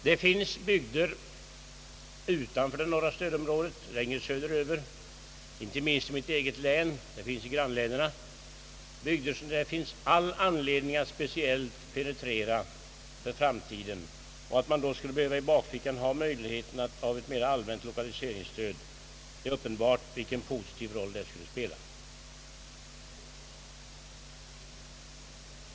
Det finns bygder utanför det norra stödområdet längre söderut, inte minst 1 mitt eget län och i grannlänen, som det är all anledning att penetrera för framtiden. Man skulle då behöva ha i bakfickan möjligheten att lämna ett mera allmänt lokaliseringsstöd. Vilken positiv roll det skulle spela, är uppenbart.